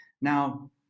Now